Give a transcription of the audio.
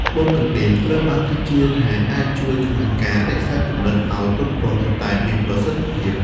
ត្បូងកណ្ដៀង ត្រូវបានជឿថាអាចជួយក្នុងការរក្សាគំនិតឲ្យទន់ភ្លន់ ប៉ុន្តែមានប្រសិទ្ធភាព។